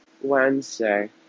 Wednesday